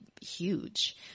huge